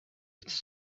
its